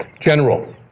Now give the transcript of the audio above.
General